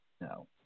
No